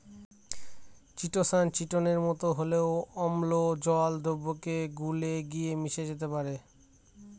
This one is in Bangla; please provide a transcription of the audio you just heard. চিটোসান চিটোনের মতো হলেও অম্ল জল দ্রাবকে গুলে গিয়ে মিশে যেতে পারে